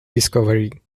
discovery